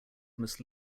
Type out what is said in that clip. must